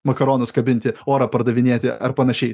makaronus kabinti orą pardavinėti ar panašiai